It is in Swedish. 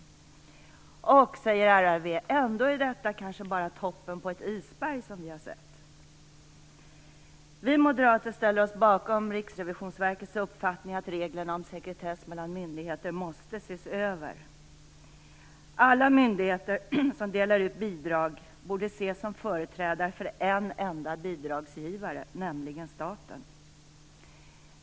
Ändå, säger man på RRV, är det kanske bara toppen på ett isberg som vi sett. Vi moderater ställer oss bakom Riksrevisionsverkets uppfattning att reglerna om sekretess mellan myndigheter måste ses över. Alla myndigheter som delar ut bidrag borde ses som företrädare för en enda bidragsgivare, nämligen staten.